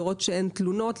לראות שאין תלונות,